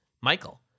michael